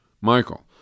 Michael